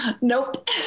Nope